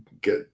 get